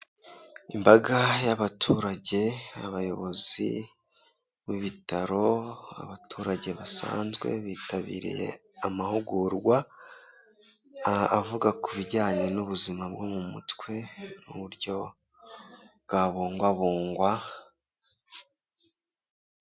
Imbaga y'abaturage, abayobozi b'ibitaro, abaturage basanzwe bitabiriye amahugurwa avuga ku bijyanye n'ubuzima bwo mu mutwe n'uburyo bwabungwabungwa.